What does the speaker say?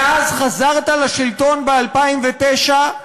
מאז חזרת לשלטון ב-2009,